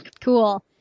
Cool